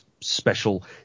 special